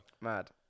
Mad